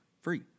free